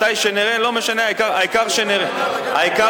מתי שנראה, לא משנה, העיקר שנראה.